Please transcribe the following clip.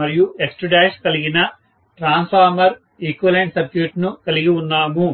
మరియు X2 కలిగిన transformer equivalent circuit ను కలిగి ఉన్నాము